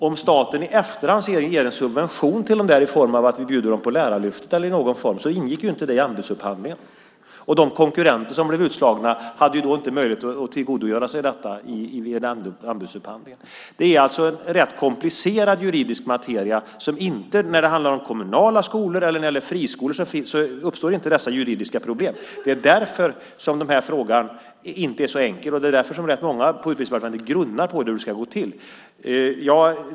Om staten i efterhand ger subvention till dem i form av att vi bjuder dem på Lärarlyftet eller liknande är det något som inte ingick i anbudsupphandlingen, och de konkurrenter som blev utslagna har inte haft möjlighet att tillgodogöra sig detta via anbudsupphandlingen. Det är alltså en rätt komplicerad juridisk materia. När det handlar om kommunala skolor eller om friskolor uppstår inte dessa juridiska problem. Därför är detta ingen enkel fråga, och det är därför som rätt många på Utbildningsdepartementet nu grunnar på hur det hela ska gå till.